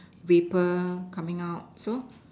vapour coming out so